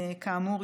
כאמור,